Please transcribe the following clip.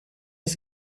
است